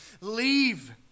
leave